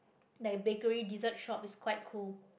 like bakery dessert shop is quite cool